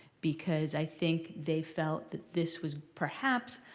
because i think they felt that this was, perhaps,